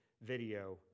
video